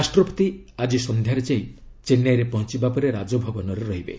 ରାଷ୍ଟ୍ରପତି ଆଜି ସନ୍ଧ୍ୟାରେ ଯାଇ ଚେନ୍ନାଇରେ ପହଞ୍ଚବା ପରେ ରାଜଭବନରେ ରହିବେ